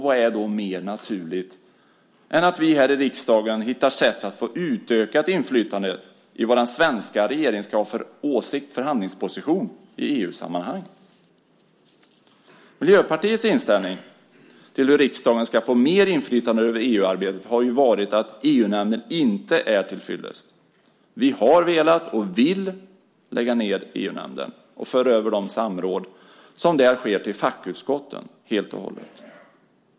Vad är då mer naturligt än att vi här i riksdagen hittar sätt att få ett utökat inflytande över våra svenska regeringskrav, åsikter och vår förhandlingsposition i EU-sammanhang? Miljöpartiets inställning till hur riksdagen ska få mer inflytande över EU-arbetet har varit att EU-nämnden inte är tillfyllest. Vi har velat, och vill, lägga ned EU-nämnden och föra över de samråd som där sker till fackutskotten helt och hållet.